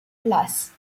place